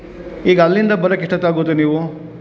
ಈಗ ಅಲ್ಲಿಂದ ಬರಕ್ಕೆ ಎಷ್ಟೊತ್ತು ಆಗ್ಬೋದು ನೀವು